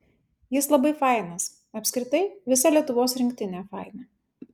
jis labai fainas apskritai visa lietuvos rinktinė faina